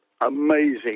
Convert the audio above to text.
amazing